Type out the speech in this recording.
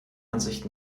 ansicht